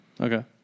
Okay